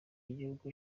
yigihugu